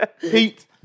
Pete